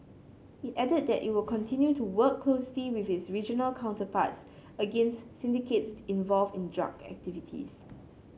it added that it will continue to work closely with its regional counterparts against syndicates involved in drug activities